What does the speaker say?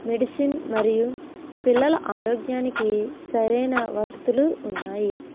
medicine మరియు పిల్లల ఆరోగ్యానికి సరైన వసతులు ఉన్నాయి